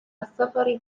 السفر